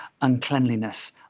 uncleanliness